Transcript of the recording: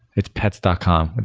it's pets dot com.